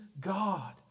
God